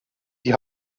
die